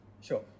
Sure